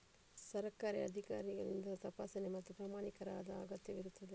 ಸರ್ಕಾರಿ ಅಧಿಕಾರಿಗಳಿಂದ ತಪಾಸಣೆ ಮತ್ತು ಪ್ರಮಾಣೀಕರಣದ ಅಗತ್ಯವಿರುತ್ತದೆ